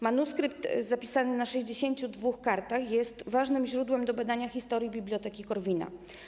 Manuskrypt zapisany na 62 kartach jest ważnym źródłem do badania historii biblioteki Korwina.